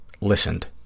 listened